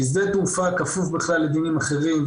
כי שדה תעופה כפוף בכלל לדינים אחרים,